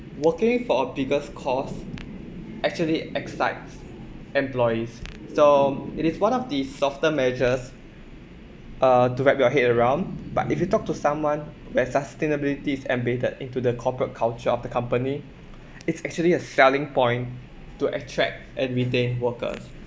working for a biggest cause actually excites employees so it is one of the softer measures uh to wrap your head around but if you talk to someone where sustainability is embedded into the corporate culture of the company it's actually a selling point to attract and retain workers